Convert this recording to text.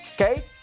okay